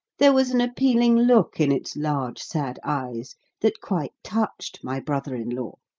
there was an appealing look in its large sad eyes that quite touched my brother-in-law.